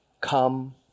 come